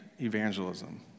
evangelism